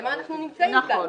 למה אנחנו נמצאים כאן?